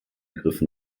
griffen